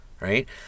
right